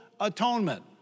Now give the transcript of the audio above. atonement